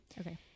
okay